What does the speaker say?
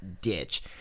ditch